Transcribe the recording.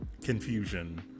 confusion